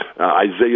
Isaiah